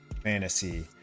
fantasy